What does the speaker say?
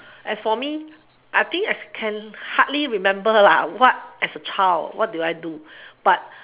as for me I think I can hardly remember ah what as a child what do I do but